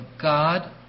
God